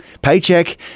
Paycheck